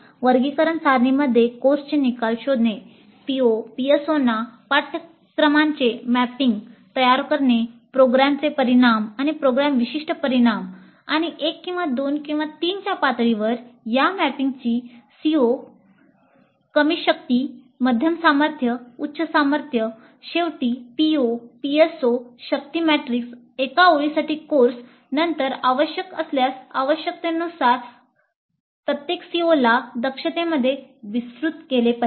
वर्गीकरण सारणीमध्ये कोर्सचे निकाल शोधणे PO PSOना पाठ्यक्रमांचे मॅपिंग एका ओळीसाठी कोर्स नंतर आवश्यक असल्यास आवश्यकतेनुसार प्रत्येक COला दक्षतेमध्ये विस्तृत केले पाहिजे